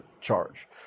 charge